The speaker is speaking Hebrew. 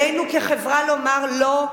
עלינו כחברה לומר "לא"